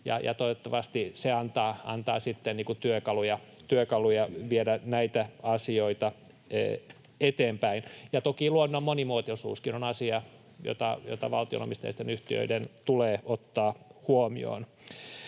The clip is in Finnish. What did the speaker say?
toivottavasti se antaa sitten työkaluja viedä näitä asioita eteenpäin. Ja toki luonnon monimuotoisuuskin on asia, joka valtio-omisteisten yhtiöiden tulee ottaa huomioon.